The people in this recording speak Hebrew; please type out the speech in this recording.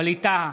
בעד ווליד טאהא,